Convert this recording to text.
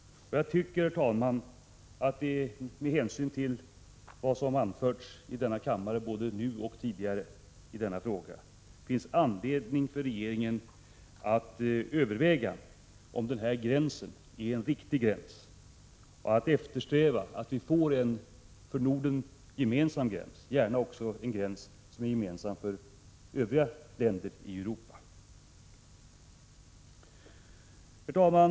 Jag tycker att det med hänsyn till vad som anförts i denna fråga här i kammaren både nu och tidigare finns anledning för regeringen att överväga om denna gräns är den riktiga och att eftersträva en för Norden gemensam gräns — gärna också en gräns som är gemensam för övriga länder i Europa. Herr talman!